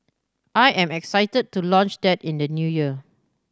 I am excited to launch that in the New Year